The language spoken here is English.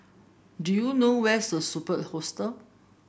do you know where is Superb Hostel